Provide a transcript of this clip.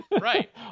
right